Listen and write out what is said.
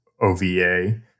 OVA